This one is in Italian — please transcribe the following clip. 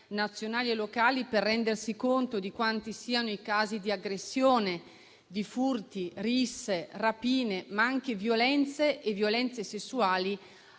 nazionali e locali per rendersi conto di quanti siano i casi di aggressione, furti, risse, rapine, ma anche violenze e violenze sessuali,